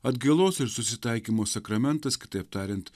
atgailos ir susitaikymo sakramentas kitaip tariant